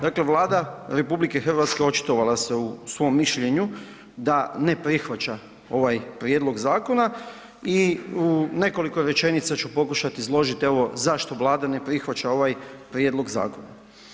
Dakle, Vlada RH očitovala se u svom mišljenju da ne prihvaća ovaj prijedlog zakona i u nekoliko rečenica ću pokušati izložiti evo zašto Vlada ne prihvaća ovaj prijedlog zakona.